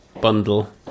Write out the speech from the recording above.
bundle